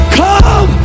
come